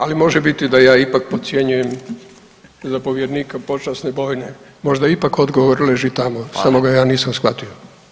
Ali može biti da ja ipak podcjenjujem zapovjednika počasne bojne, možda ipak odgovor leži tamo samo ga ja nisam shvatio.